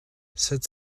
sept